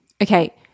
okay